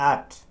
आठ